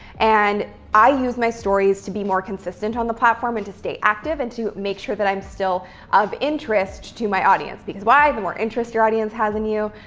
and i use my stories to be more consistent on the platform and to stay active, and to make sure that i'm still of interest to my audience, because why? the more interest your audience has in you,